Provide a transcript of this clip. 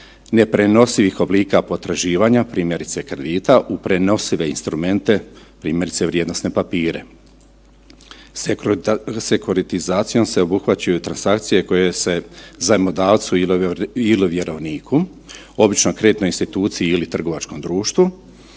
neprenosivih oblika potraživanja, primjerice kredita u prenosive instrumente, primjerice, vrijednosne papire. Sekuritizacijom se obuhvaćaju transakcije koje se zajmodavcu ili vjerovniku, obično kreditnoj instituciji ili trgovačkom društvu